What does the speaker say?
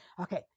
Okay